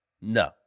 No